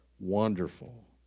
Wonderful